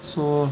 so